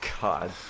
God